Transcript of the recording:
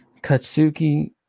Katsuki